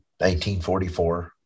1944